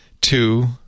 two